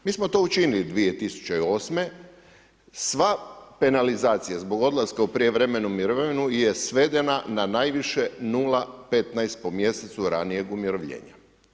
Mi smo to učinili 2008., sva penalizacija zbog odlaska u prijevremenu mirovinu je svedena na najviše 0,15 po mjesecu ranijeg umirovljenja.